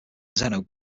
zeno